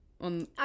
on